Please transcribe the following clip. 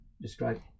describe